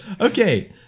Okay